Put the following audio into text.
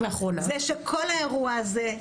זה שכל האירוע הזה,